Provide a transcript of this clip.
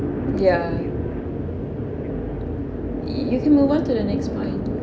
ya you can move on to the next point